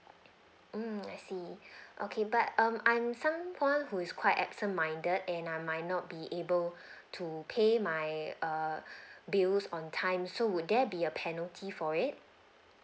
mm I see okay but um I'm someone who is quite absent minded and I might not be able to pay my err bills on time so would there be a penalty for it